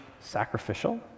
sacrificial